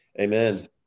Amen